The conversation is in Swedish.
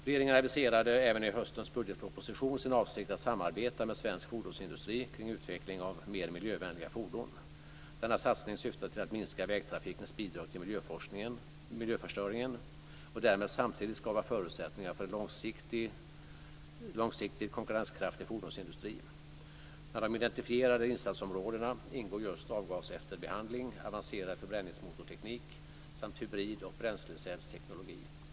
Regeringen aviserade även i höstens budgetproposition sin avsikt att samarbeta med svensk fordonsindustri kring utveckling av mer miljövänliga fordon. Denna satsning syftar till att minska vägtrafikens bidrag till miljöförstöringen och därmed samtidigt skapa förutsättningar för en långsiktigt konkurrenskraftig fordonsindustri. Bland de identifierade insatsområdena ingår just avgasefterbehandling, avancerad förbränningsmotorteknik samt hybrid och bränslecellsteknologi.